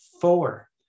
four